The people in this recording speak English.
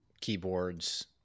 keyboards